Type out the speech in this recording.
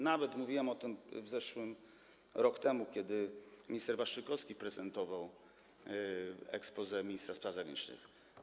Nawet mówiłem o tym w zeszłym roku, rok temu, kiedy minister Waszczykowski prezentował exposé ministra spraw zagranicznych.